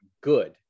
good